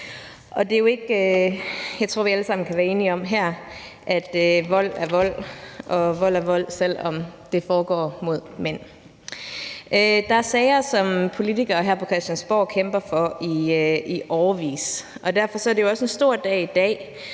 om her, at vold er vold, og at vold er vold, selv om det foregår mod mænd. Der er sager, som politikere her på Christiansborg kæmper for i årevis. Derfor er det jo en stor dag i dag,